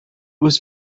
was